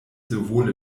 sowohl